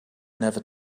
never